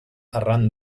arran